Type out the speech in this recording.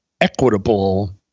equitable